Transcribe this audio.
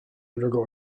undergo